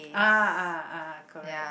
ah ah ah correct